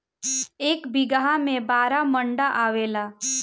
एक बीघा में बारह मंडा आवेला